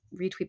retweet